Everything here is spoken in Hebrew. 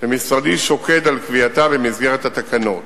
ומשרדי שוקד על קביעתו במסגרת התקנות.